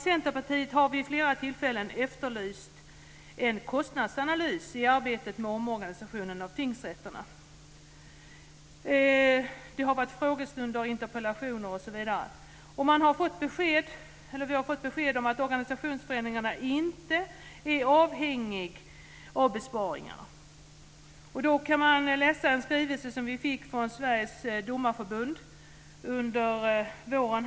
Centerpartiet har vid flera tillfällen efterlyst en kostnadsanalys i arbetet med omorganisationen av tingsrätterna. Det har varit frågestunder, interpellationer osv. Vi har fått besked om att organisationsförändringarna inte är avhängiga besparingarna. Man kan läsa en skrivelse som vi fick från Sveriges Domareförbund under våren.